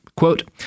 Quote